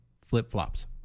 flip-flops